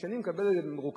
כשאני מקבל את זה במרוכז,